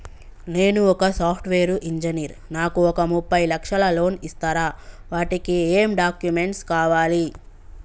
నేను ఒక software engineer నాకు ఒక ముప్పై లక్షల లోన్ ఇస్తరా? వాటికి ఏం డాక్యుమెంట్స్ కావాలి?